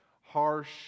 Harsh